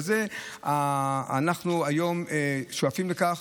אנחנו היום שואפים לכך,